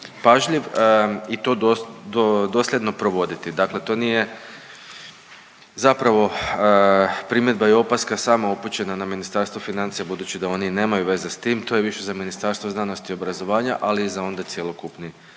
pažljiv i to dosljedno provoditi, dakle to nije zapravo primjedba i opaska samo upućena na Ministarstvo financija budući da oni nemaju veze s tim, to je više za Ministarstvo znanosti i obrazovanja, ali i za onda cjelokupni